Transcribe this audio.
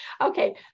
Okay